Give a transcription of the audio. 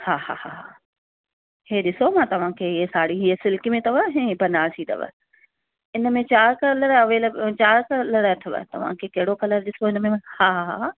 हा हा हा हीअ ॾीसो मां तव्हांखे इहे साड़ी इहे सिल्क में अथव हीअ बनारसी अथव हिन में चारि कलर अवैलेबल चारि कलर अथव तव्हांखे कहिड़ो कलर ॾीसो हिन में हा हा हा हा